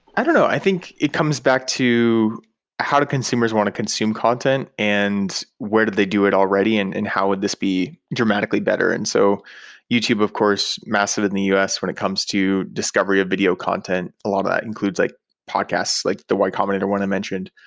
i don't know. i think it comes back to how do consumers want to consume content and where did they do it already and and how would this be dramatically better and so youtube, of course, massive in the u s. when it comes to discovery of video content. a lot of that includes like podcasts, like the y combinator one i mentioned.